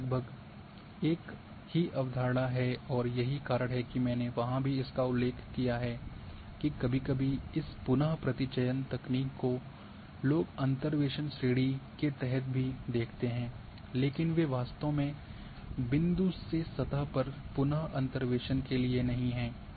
यह लगभग एक ही अवधारणा है और यही कारण है कि मैंने वहां भी इसका उल्लेख किया है कि कभी कभी इस पुन प्रतिचयन तकनीक को लोग अंतर्वेसन श्रेणी के तहत भी देखते हैं लेकिन वे वास्तव में बिंदु से सतह पर पुनः अंतर्वेशन के लिए नहीं हैं